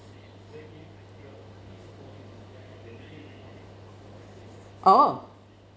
oh